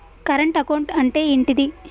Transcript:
Current account అంటే ఏంటిది?